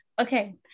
okay